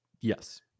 yes